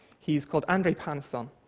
he's called andre pannison,